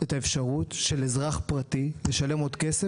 את האפשרות של אזרח פרטי לשלם עוד כסף